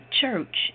church